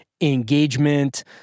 engagement